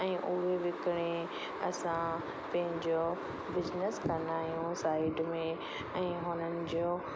ऐं उहे विकिणे असां पंहिंजो बिज़िनिस कंदा आहियूं साईड में ऐं हुननि जो